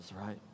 Right